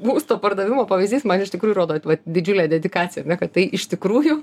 būsto pardavimo pavyzdys man iš tikrųjų rodo didžiulę dedikaciją ar ne kad tai iš tikrųjų